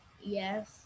Yes